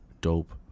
dope